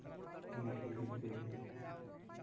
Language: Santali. ᱤᱱᱟᱹᱠᱚ ᱞᱟᱹᱜᱤᱫ ᱛᱮ